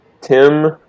Tim